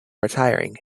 retiring